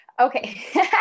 Okay